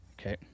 Okay